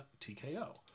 TKO